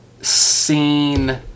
seen